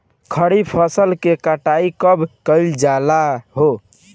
खरिफ फासल के कटाई कब कइल जाला हो?